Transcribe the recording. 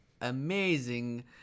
amazing